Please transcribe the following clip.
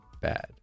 bad